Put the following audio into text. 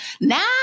Now